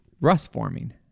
rust-forming